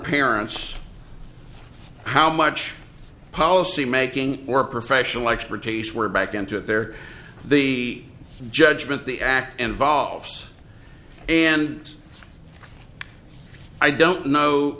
parents how much policymaking or professional expertise we're back into it they're the judgment the act involves and i don't know